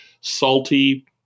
salty